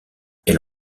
elle